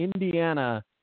Indiana –